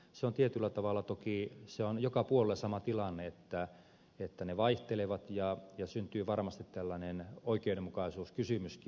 se on tietyllä tavalla toki joka puolella sama tilanne että ne vaihtelevat ja syntyy varmasti tällainen oikeudenmukaisuuskysymyskin